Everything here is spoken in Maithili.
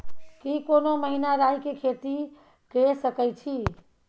की कोनो महिना राई के खेती के सकैछी?